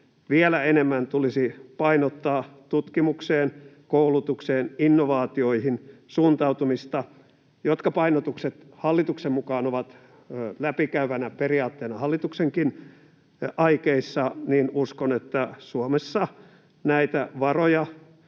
vielä enemmän tulisi painottaa tutkimukseen, koulutukseen ja innovaatioihin suuntautumista, jotka painotukset hallituksen mukaan ovat läpikäyvänä periaatteena hallituksenkin aikeissa, niin uskon, että Suomessa näitä varoja